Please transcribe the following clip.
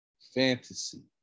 fantasy